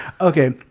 Okay